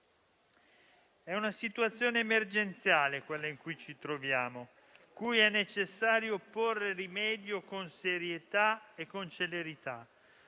È una situazione emergenziale quella in cui ci troviamo, cui è necessario porre rimedio con serietà e celerità: